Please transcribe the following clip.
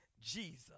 Jesus